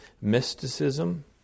mysticism